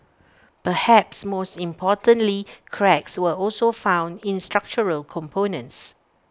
perhaps most importantly cracks were also found in structural components